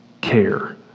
care